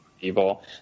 evil